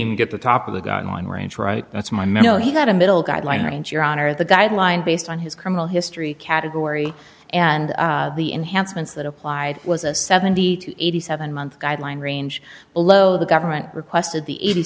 even get the top of the guideline range right that's my mil he had a middle guideline range your honor the guideline based on his criminal history category and the enhancements that applied was a seventy to eighty seven month guideline range below the government requested the eighty